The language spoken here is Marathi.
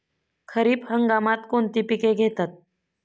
खरीप हंगामात कोणती पिके घेतात?